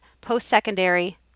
post-secondary